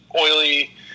oily